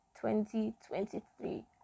2023